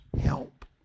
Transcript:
help